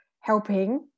helping